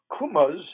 kumas